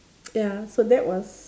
ya so that was